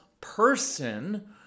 person